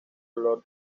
olor